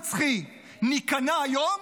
הוא בנה על הטיעון הנצחי: ניכנע היום,